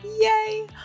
Yay